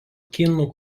kinų